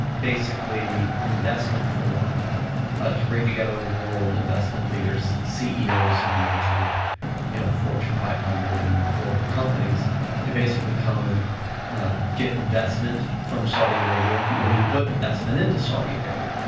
basically investment forum ah to bring together world investment leaders, ceos of major you know fortune five hundred and global companies to basically come and get investment from saudi arabia or to put investment into saudi arabia.